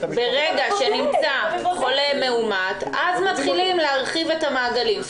ברגע שנמצא חולה מאומת אז מתחילים להרחיב את המעגלים.